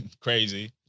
crazy